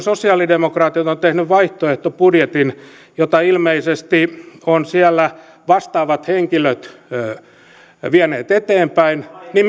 sosialidemokraatit ovat tehneet vaihtoehtobudjetin jota ilmeisesti ovat siellä vastaavat henkilöt vieneet eteenpäin niin